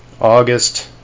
August